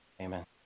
Amen